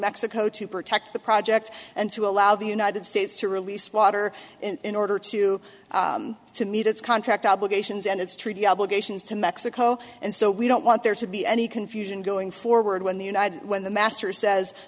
mexico to protect the project and to allow the united states to release water in order to to meet its contract obligations and its treaty obligations to mexico and so we don't want there to be any confusion going forward when the united when the master